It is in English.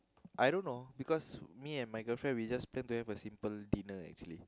I don't know because me and my girlfriend we just plan to have a simple dinner actually